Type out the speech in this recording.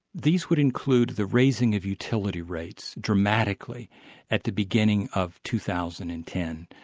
these would include the raising of utility rates dramatically at the beginning of two thousand and ten,